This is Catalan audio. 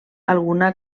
alguna